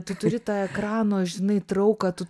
tu turi tą ekrano žinai trauką tu